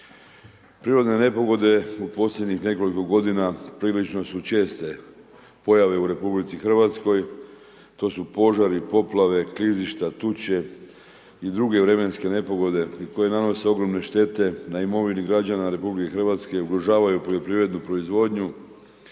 Prirodne nepogode u posljednjih nekoliko godina prilično su česte pojave u RH. To su požari, poplave, klizišta, tuče i druge vremenske nepogode koje nanose ogromne štete na imovinu građana RH, ugrožavaju poljoprivrednu proizvodnju